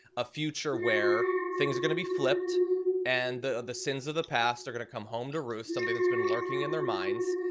a future where things are going to be flipped and the the sins of the past are gonna come home to roost, something that's been lurking in their minds.